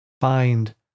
find